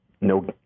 no